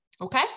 Okay